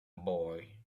boy